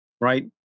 right